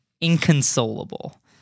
Inconsolable